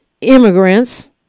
immigrants